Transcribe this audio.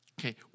Okay